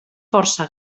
força